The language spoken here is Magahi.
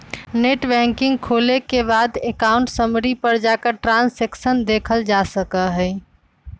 नेटबैंकिंग खोले के बाद अकाउंट समरी पर जाकर ट्रांसैक्शन देखलजा सका हई